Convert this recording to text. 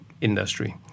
industry